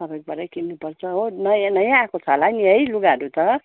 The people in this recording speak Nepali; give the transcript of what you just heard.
तपाईँकोबाटै किन्नु पर्छ हो नयाँ नयाँ आएको छ होला नि है लुगाहरू त